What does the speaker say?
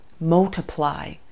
multiply